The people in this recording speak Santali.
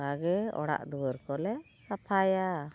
ᱚᱱᱟᱜᱮ ᱚᱲᱟᱜ ᱫᱩᱣᱟᱹᱨ ᱠᱚᱞᱮ ᱥᱟᱯᱷᱟᱭᱟ